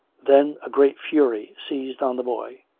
then a great fury seized on the boy.